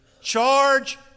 charge